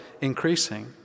increasing